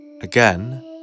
again